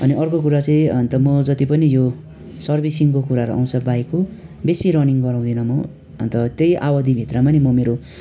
अनि अर्को कुरा चाहिँ अन्त म जति पनि यो सर्विसिङको कुराहरू आउँछ बाइकको बेसी रनिङ गराउदिनँ म अन्त त्यही अवधिभित्रमा नै म मेरो